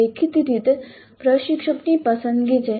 દેખીતી રીતે પ્રશિક્ષકની પસંદગી છે